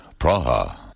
Praha